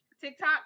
TikTok